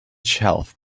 shelf